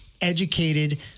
educated